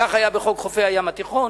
כך היה בחוק חופי הים התיכון,